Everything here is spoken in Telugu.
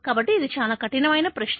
కాబట్టి ఇది చాలా కఠినమైన ప్రశ్న